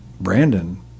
Brandon